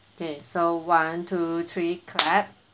okay so one two three clap